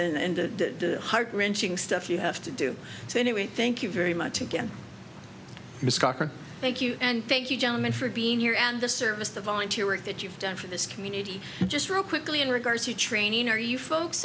and the heart wrenching stuff you have to do so anyway thank you very much again miss cochran thank you and thank you gentlemen for being here and the service the volunteer work that you've done for this community and just real quickly in regards to training or you folks